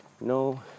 no